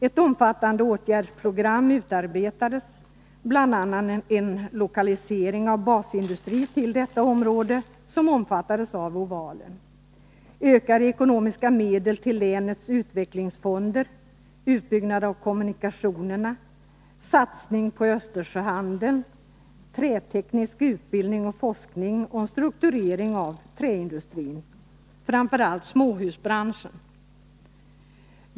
Ett omfattande åtgärdsprogram utarbetades, bl.a. en lokalisering av basindustri till det område som omfattades av Ovalen, ökade ekonomiska medel till länens utvecklingsfonder, utbyggnad av kommunikationerna, satsning på Östersjöhandeln, träteknisk utbildning och forskning samt strukturering av träindustrin, framför allt småhusbranschen.